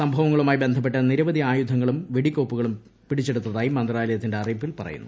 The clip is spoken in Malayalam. സംഭവങ്ങളുമായി ബന്ധപ്പെട്ട് നിരവധി ആയുധങ്ങളും വെടിക്കോപ്പുകളും പിടിച്ചെടുത്തതായി മന്ത്രാലയത്തിന്റെ അറിയിപ്പിൽ പറയുന്നു